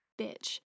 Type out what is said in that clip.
bitch